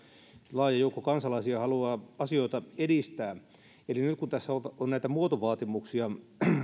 laaja joukko kansalaisia haluaa asioita edistää eli nyt kun tässä on näitä muotovaatimuksia